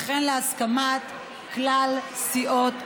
וכן להסכמת כלל סיעות הקואליציה.